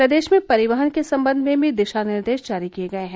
प्रदेश में परिवहन के सम्बंध में भी दिशा निर्देश जारी किए गए हैं